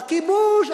"הכיבוש",